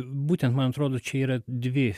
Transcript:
būtent man atrodo čia yra dvi